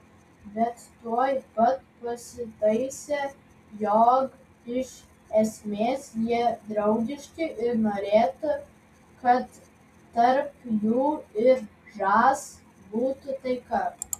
bet tuoj pat pasitaisė jog iš esmės jie draugiški ir norėtų kad tarp jų ir žas būtų taika